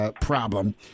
problem